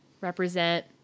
represent